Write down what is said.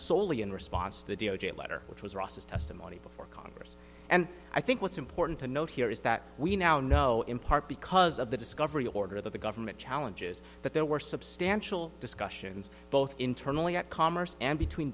solely in response to the d o j letter which was ross's testimony before congress and i think what's important to note here is that we now know in part because of the discovery order that the government challenges that there were substantial discussions both internally at commerce and between